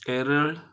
Kerala